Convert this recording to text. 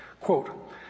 Quote